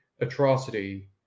atrocity